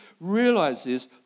realizes